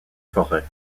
forêts